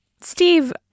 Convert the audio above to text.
Steve